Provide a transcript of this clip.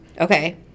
Okay